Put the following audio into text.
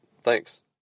Thanks